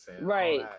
Right